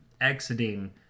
exiting